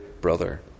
brother